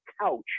couch